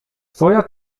twoja